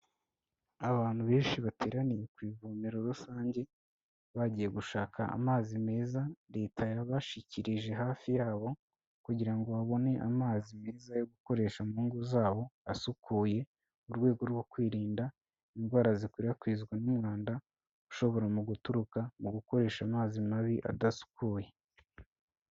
Abantu benshi bateraniye ku ivomero rusange, bagiye gushaka amazi meza leta yabashikirije hafi yabo kugirango ngo babone amazi meza yo gukoresha mu ngo zabo asukuye, mu rwego rwo kwirinda indwara zikwirakwizwa n'umwanda ushobora mu guturuka mu gukoresha amazi mabi adasukuye.